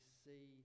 see